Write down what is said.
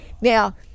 Now